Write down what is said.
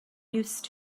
used